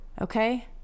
Okay